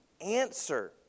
answer